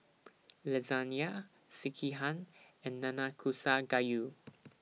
Lasagne Sekihan and Nanakusa Gayu